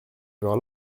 vers